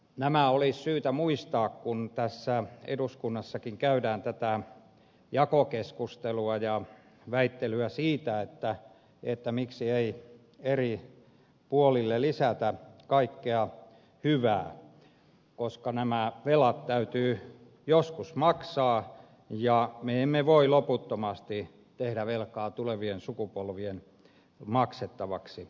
nämä olisi syytä muistaa kun tässä eduskunnassakin käydään tätä jakokeskustelua ja väittelyä siitä miksi ei eri puolille lisätä kaikkea hyvää koska nämä velat täytyy joskus maksaa ja me emme voi loputtomasti tehdä velkaa tulevien sukupolvien maksettavaksi